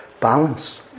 balance